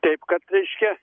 taip kad reiškia